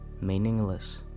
meaningless